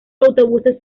autobuses